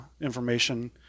information